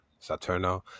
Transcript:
Saturno